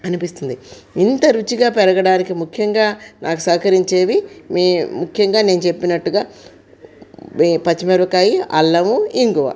అనిపిస్తుంది ఇంత రుచిగా పెరగడానికి ముఖ్యంగా నాకు సహకరించేవి మీ ముఖ్యంగా నేను చెప్పినట్టుగా పచ్చిమిరపకాయ అల్లం ఇంగువ